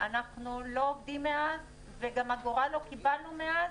ואנחנו לא עובדים מאז וגם אגורה לא קיבלנו מאז,